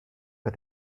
but